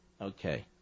Okay